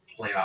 playoff